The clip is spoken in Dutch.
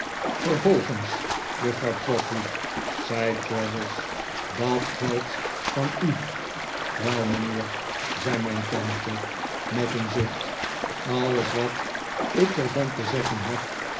vervolgens juffrouw trotwood zei traddles dat geld van u wel mijnheer zei mijn tante met een zucht alles wat ik er van te zeggen heb